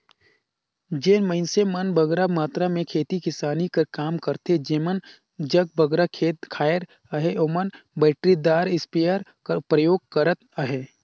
जेन मइनसे मन बगरा मातरा में खेती किसानी कर काम करथे जेमन जग बगरा खेत खाएर अहे ओमन बइटरीदार इस्पेयर कर परयोग करत अहें